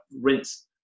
rinse